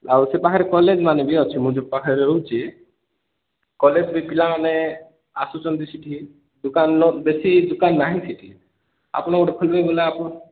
ଆଉ ସେ ବାହାରେ କଲେଜ୍ମାନେ ବି ଅଛି ମୁଁ ଯୋଉ ପାଖରେ ରହୁଛି କଲେଜ୍ ବି ପିଲାମାନେ ଆସୁଛନ୍ତି ସେଠି ଦୋକାନର ବେଶୀ ଦୋକାନ ନାହିଁ ସେଠି ଆପଣ ଗୋଟେ ଖୋଲିବେ ବୋଲି ଆପଣ